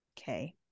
okay